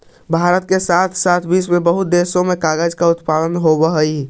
भारत के साथे साथ विश्व के बहुते देश में कागज के उत्पादन होवऽ हई